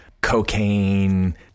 cocaine